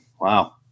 Wow